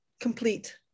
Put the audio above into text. complete